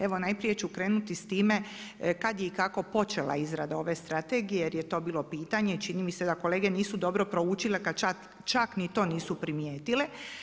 Evo najprije ću krenuti sa time kad je i kako počela izrada ove strategije, jer je to bilo pitanje i čini mi se da kolege nisu dobro proučile kad čak ni to nisu primijetile.